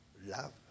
love